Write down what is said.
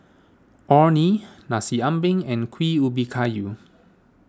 Orh Nee Nasi Ambeng and Kueh Ubi Kayu